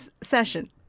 session